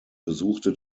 besuchte